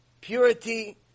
Purity